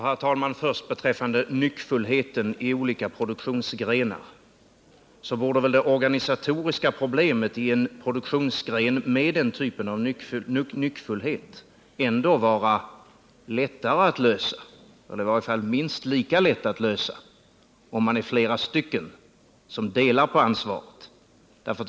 Herr talman! När det först gäller detta med nyckfullheten i olika produktionsgrenar, så borde väl det organisatoriska problemet i en produktionsgren med den typen av nyckfullhet ändå vara lättare att lösa eller i varje fall minst lika lätt att lösa, om man är flera som delar på ansvaret.